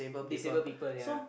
disabled people yea